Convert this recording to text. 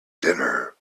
dinner